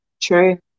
True